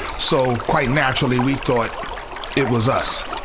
so quite naturally, we thought it was us.